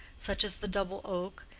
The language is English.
such as the double oak,